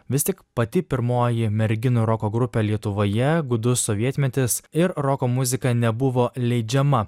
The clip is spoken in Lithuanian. vis tik pati pirmoji merginų roko grupė lietuvoje gūdus sovietmetis ir roko muzika nebuvo leidžiama